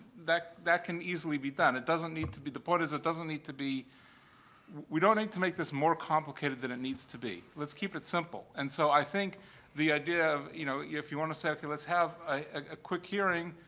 that that can easily be done. it doesn't need to be the point is it doesn't need to be we don't need to make this more complicated than it needs to be. let's keep it simple and so, i think the idea of, you know, if you want to say, ok, let's have a quick hearing,